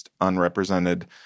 unrepresented